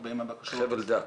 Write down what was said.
הרבה מהבקשות --- חבל דק.